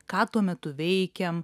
ką tuo metu veikiam